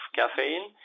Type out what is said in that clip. caffeine